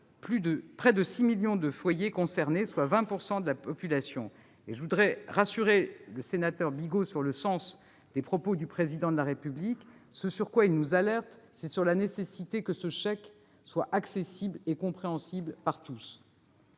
près de 6 millions de foyers, c'est-à-dire 20 % de la population. Je tiens à rassurer le sénateur Joël Bigot sur le sens des propos du Président de la République : il nous alerte sur la nécessité que ce chèque soit accessible et compréhensible par tous.